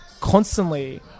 constantly